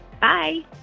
Bye